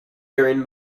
during